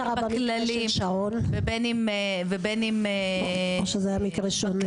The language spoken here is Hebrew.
מה קרה במקרה של שרון או שזה היה מקרה שונה?